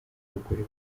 bagore